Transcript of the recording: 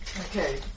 Okay